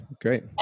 great